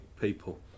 people